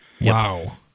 Wow